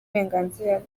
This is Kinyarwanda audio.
uburenganzira